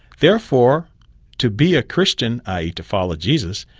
therefore to be a christian, i. e. to follow jesus,